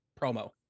promo